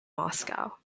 moscow